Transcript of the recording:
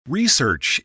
Research